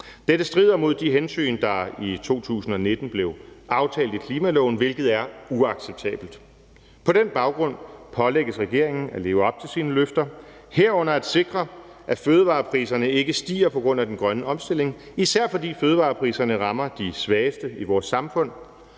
Dette strider mod de hensyn, der i 2019 blev aftalt i klimaloven, hvilket er uacceptabelt. På den baggrund pålægges regeringen at leve op til sine løfter – herunder at sikre, at fødevarepriserne ikke stiger på grund af den grønne omstilling – især fordi fødevarepriserne rammer de svageste i vores samfund.